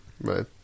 right